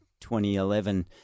2011